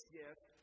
gift